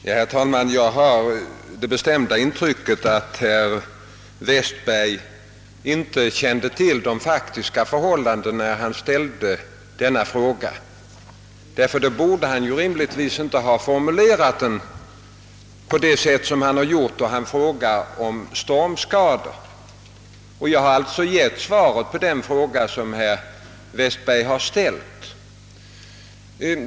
Herr talman! Jag har det bestämda intrycket att herr Westberg inte kände till de faktiska förhållandena när han ställde denna fråga — då borde han rimligtvis inte ha formulerat den på det sätt som han har gjort när han frågade om stormskador. Men jag har alltså givit svar på den fråga som herr Westberg ställt.